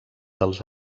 dels